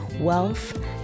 wealth